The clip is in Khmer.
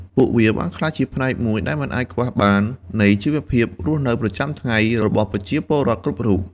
ពួកវាបានក្លាយជាផ្នែកមួយដែលមិនអាចខ្វះបាននៃជីវភាពរស់នៅប្រចាំថ្ងៃរបស់ប្រជាពលរដ្ឋគ្រប់រូប។